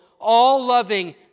all-loving